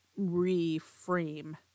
reframe